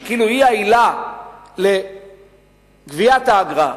שכאילו היא העילה לגביית האגרה,